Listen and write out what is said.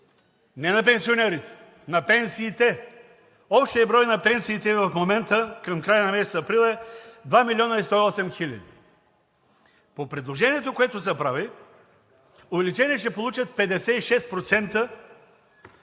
не на пенсионерите, на пенсиите. Общият брой на пенсиите в момента, към края на месец април е 2 млн. 108 хил. По предложението, което се прави, увеличение ще получат 56%,